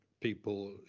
people